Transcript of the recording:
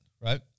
right